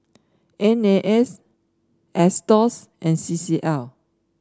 N A S and C C L